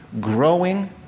growing